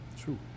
True